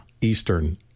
Eastern